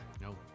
No